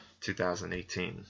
2018